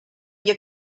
you